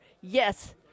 yes